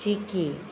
चिकी